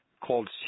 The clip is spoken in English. called